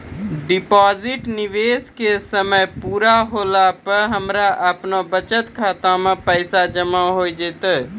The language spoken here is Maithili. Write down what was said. डिपॉजिट निवेश के समय पूरा होला पर हमरा आपनौ बचत खाता मे पैसा जमा होय जैतै?